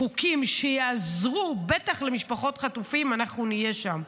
חוקים שיעזרו, בטח למשפחות חטופים, אנחנו נהיה שם.